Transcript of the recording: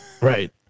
Right